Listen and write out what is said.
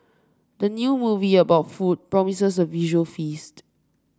the new movie about food promises a visual feast